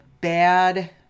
bad